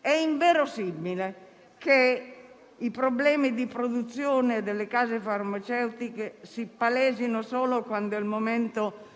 È inverosimile che i problemi di produzione delle case farmaceutiche si palesino solo quando è il momento